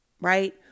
Right